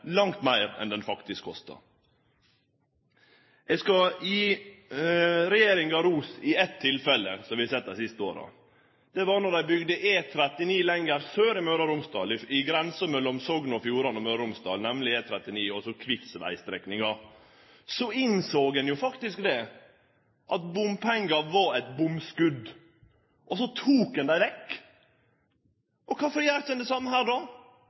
langt meir for enn det vegen faktisk kostar. Eg skal gje regjeringa ros i eitt tilfelle som vi har sett dei siste åra. Det var då dei bygde E39 lenger sør i Møre og Romsdal, i grensa mellom Sogn og Fjordane/Møre og Romsdal, altså E39 Kvivsveg-strekninga. Ein innsåg at bompengar var eit bomskot, og så tok ein dei vekk. Kvifor gjer ein ikkje det same her?